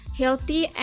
healthy